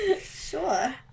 Sure